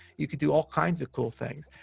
you could do all kinds of cool things.